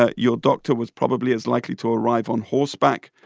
ah your doctor was probably as likely to arrive on horseback.